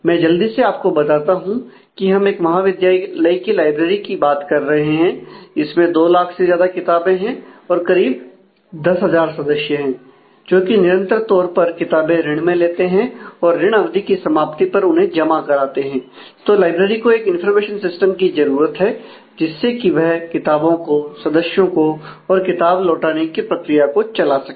मैं जल्दी से आपको बताता हूं कि हम एक महाविद्यालय की लाइब्रेरी की बात कर रहे हैं इसमें दो लाख से ज्यादा किताबें हैं और करीब 10000 सदस्य हैं जो कि निरंतर तौर पर किताबें ऋण में लेते हैं और ऋण अवधि की समाप्ति पर उन्हें जमा कराते हैं तो लाइब्रेरी को एक इनफार्मेशन सिस्टम की जरूरत है जिससे कि वह किताबों को सदस्यों को और किताब लौटाने की प्रक्रिया को चला सके